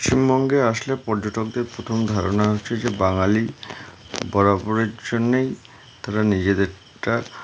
পশ্চিমবঙ্গে আসলে পর্যটকদের প্রথম ধারণা হচ্ছে যে বাঙালি বরাবরের জন্যেই তারা নিজেদেরটা